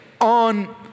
on